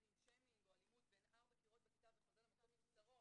עם שיימינג או אלימות בין ארבע קירות בכיתה וחוזר למקום מבצרו,